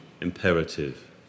imperative